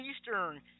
Eastern